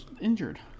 injured